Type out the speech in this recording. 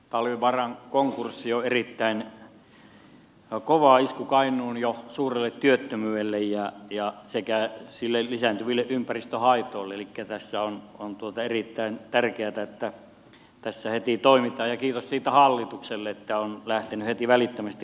talvivaaran konkurssi on erittäin kova isku kainuun jo suurelle työttömyydelle sekä niille lisääntyville ympäristöhaitoille elikkä on erittäin tärkeätä että tässä heti toimitaan ja kiitos hallitukselle että se on lähtenyt heti välittömästi liikkeelle